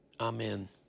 Amen